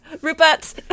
Rupert